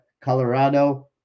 Colorado